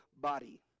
body